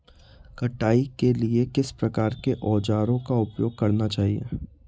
कटाई के लिए किस प्रकार के औज़ारों का उपयोग करना चाहिए?